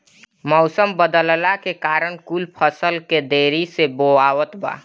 मउसम बदलला के कारण कुल फसल देरी से बोवात बा